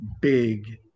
big